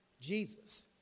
Jesus